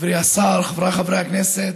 חברי השר, חבריי חברי הכנסת,